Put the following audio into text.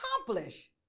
accomplish